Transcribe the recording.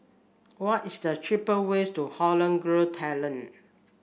what is the cheaper way to Holland Grove Thailand